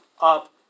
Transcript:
up